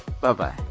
Bye-bye